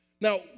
Now